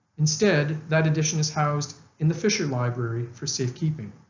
instead that edition is housed in the fisher library for safekeeping.